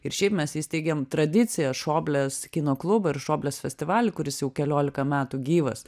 ir šiaip mes įsteigėm tradiciją šoblės kino klubą ir šoblės festivalį kuris jau keliolika metų gyvas